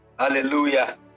Hallelujah